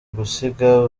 gusiga